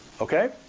okay